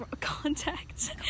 contact